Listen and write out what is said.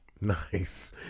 Nice